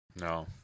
No